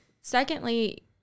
Secondly